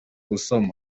gusama